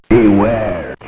Beware